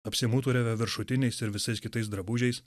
apsimuturiavę viršutiniais ir visais kitais drabužiais